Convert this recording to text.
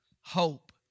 Hope